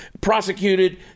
prosecuted